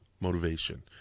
motivation